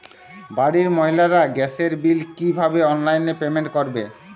বাড়ির মহিলারা গ্যাসের বিল কি ভাবে অনলাইন পেমেন্ট করবে?